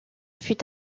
fut